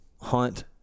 hunt